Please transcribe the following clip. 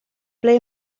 ble